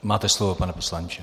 Máte slovo, pane poslanče.